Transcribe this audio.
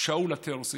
שאול התרסי,